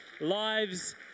lives